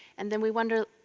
and then we wonder,